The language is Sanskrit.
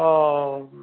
ओ